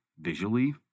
visually